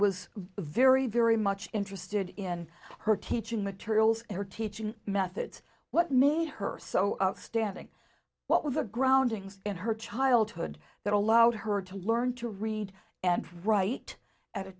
was very very much interested in her teaching materials her teaching methods what made her so outstanding what was a grounding in her childhood that allowed her to learn to read and write at a